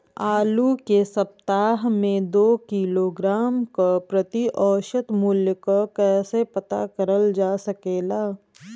आलू के सप्ताह में दो किलोग्राम क प्रति औसत मूल्य क कैसे पता करल जा सकेला?